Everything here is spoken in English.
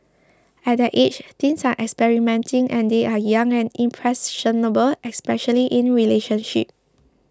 at that age teens are experimenting and they are young and impressionable especially in relationships